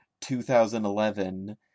2011